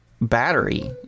battery